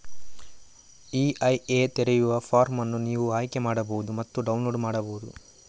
EIA ತೆರೆಯುವ form ಅನ್ನು ನೀವು ಆಯ್ಕೆ ಮಾಡಬಹುದು ಮತ್ತು ಡೌನ್ಲೋಡ್ ಮಾಡಬಹುದು